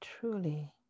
truly